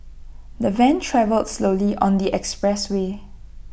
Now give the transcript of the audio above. the van travelled slowly on the expressway